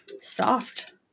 Soft